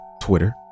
Twitter